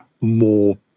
more